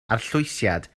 arllwysiad